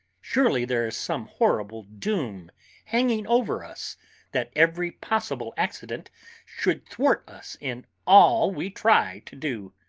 surely there is some horrible doom hanging over us that every possible accident should thwart us in all we try to do.